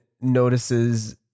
notices